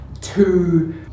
two